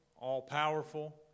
all-powerful